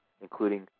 including